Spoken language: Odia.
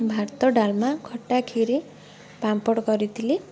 ଭାତ ଡ଼ାଲମା ଖଟା କ୍ଷୀରି ପାମ୍ପଡ଼ କରିଥିଲି